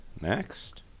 next